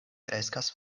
kreskas